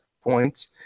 points